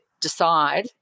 decide